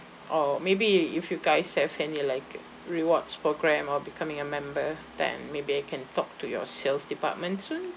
or maybe if you guys have any like rewards programme or becoming a member then maybe I can talk to your sales department soon